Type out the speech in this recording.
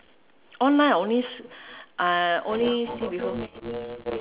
online I only s~ I only see before